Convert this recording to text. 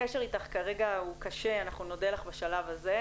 כרגע קשה, נודה לך בשלב הזה.